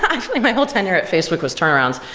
actually, my whole tenure at facebook was turnarounds.